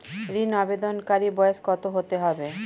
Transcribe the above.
ঋন আবেদনকারী বয়স কত হতে হবে?